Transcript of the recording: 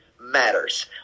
matters